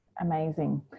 Amazing